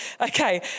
Okay